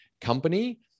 company